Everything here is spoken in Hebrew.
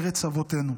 ארץ אבותינו.